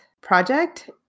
project